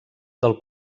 del